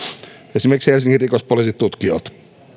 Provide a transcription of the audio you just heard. esimerkiksi ihan helsingin rikospoliisin tutkijoilta